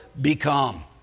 become